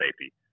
safety